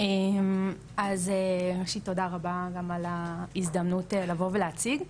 אז ראשית תודה רבה על ההזדמנות לבוא ולהציג,